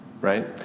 right